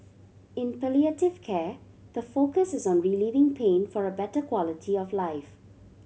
in palliative care the focus is on relieving pain for a better quality of life